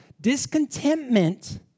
Discontentment